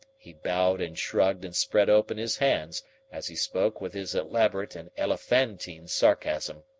he bowed and shrugged and spread open his hands as he spoke with his elaborate and elephantine sarcasm.